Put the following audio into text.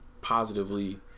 positively